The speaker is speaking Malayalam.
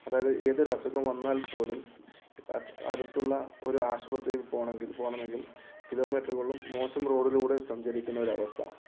അതായത് ഏതൊരസുഖം വന്നാൽ പോലും അടുത്തുള്ള ഒരു ആശുപത്രിയിൽ പോകണമെങ്കിൽ പോകണമെങ്കിൽ കിലോമീറ്ററുകളും മോശം റോഡിലൂടെ സഞ്ചരിക്കുന്ന ഒരവസ്ഥ